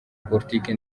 politiki